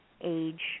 age